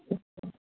اچھا